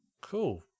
Cool